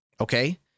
Okay